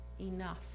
enough